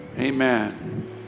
Amen